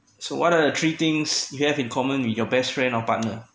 so what are the three things you have in common with your best friend or partner